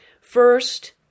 First